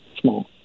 small